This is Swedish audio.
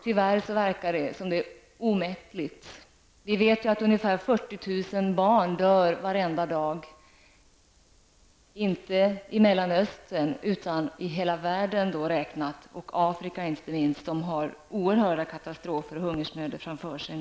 Det verkar tyvärr som om detta är omättligt. Vi vet ju att ungefär 40 000 barn dör varenda dag, inte bara i Mellanöstern utan i hela världen. Inte minst i Afrika som har oerhörda katastrofer och hungersnöder framför sig.